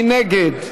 מי נגד?